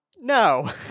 No